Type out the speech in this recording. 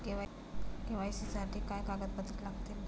KYC साठी काय कागदपत्रे लागतात?